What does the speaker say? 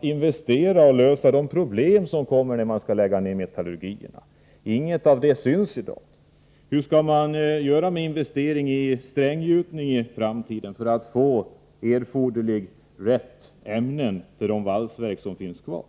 investeringarna skall ske och hur de problem som uppstår när metallurgierna läggs ned skall lösas. Det finns inga uppgifter om det i dag. Hur blir det med investeringar i stränggjutningen i framtiden för att man där skall få erforderliga ämnen till de valsverk som finns kvar?